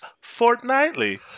Fortnightly